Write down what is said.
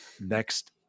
next